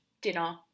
dinner